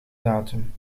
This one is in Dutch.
datum